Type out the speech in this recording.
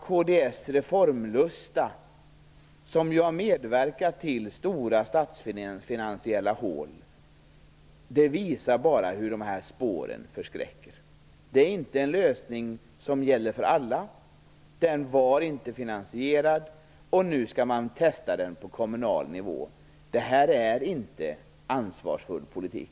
Kds reformlusta, som ju har medverkat till stora statsfinansiella hål, visar bara hur spåren förskräcker. Det är inte en lösning som gäller för alla. Den var inte finansierad, och nu skall man testa den på kommunal nivå. Det här är inte ansvarsfull politik.